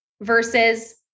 versus